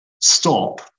stop